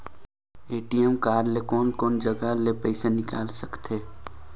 ATM card ले कोन कोन सा जगह ले पइसा निकाल सकथे?